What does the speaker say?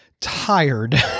tired